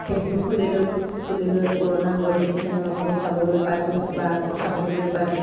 Facebook খুলি ল'লোঁ খুলি লৈ পুৰণা বন্ধু কিছুমানকো চাবলৈ পাইছোঁ বা কথা পাতিবলৈ পাইছোঁ